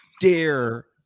dare